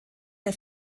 der